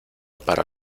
para